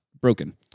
broken